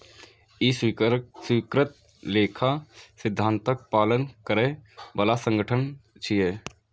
ई स्वीकृत लेखा सिद्धांतक पालन करै बला संगठन छियै